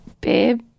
Babe